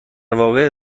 واقع